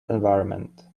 environment